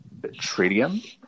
tritium